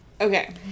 Okay